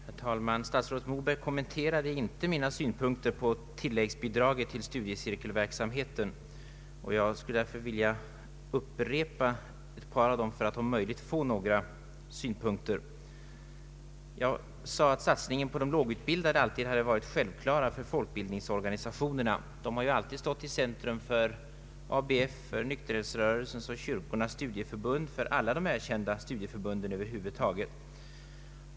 Herr talman! Statsrådet Moberg kommenterade inte mina synpunkter på tilläggsbidraget till studiecirkelverksamheten. Jag skulle därför vilja upprepa något av vad jag anförde för att om möjligt få ett svar. Jag sade att satsningen på de lågutbildade alltid hade varit en självklar uppgift för folkbildningsorganisationerna. En sådan utbildning har alltid stått i centrum för verksamheten inom ABF, nykterhetsrörelsens och kyrkornas studieförbund — ja, för alla erkända studieförbund över huvud taget.